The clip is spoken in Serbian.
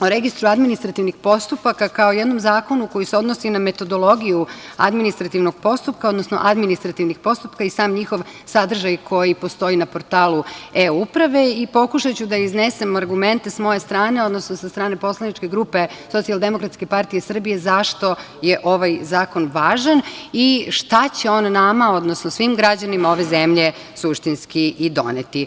o registru administrativnih postupaka, kao jednom zakonu koji se odnosi na metodologiju administrativnog postupka, odnosno administrativnih postupaka i sam njihov sadržaj koji postoji na portalu E-uprave i pokušaću da iznesem argumente sa moje strane, odnosno sa strane poslaničke grupe Socijaldemokratske partije Srbije, zašto je ovaj zakon važan i šta će on nama, odnosno svim građanima ove zemlje suštinski i doneti.